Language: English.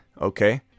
okay